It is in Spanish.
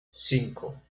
cinco